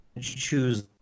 choose